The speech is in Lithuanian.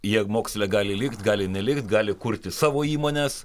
jie moksle gali likt gali nelikt gali kurti savo įmones